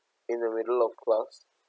in the middle of class